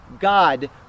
God